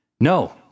No